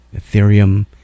Ethereum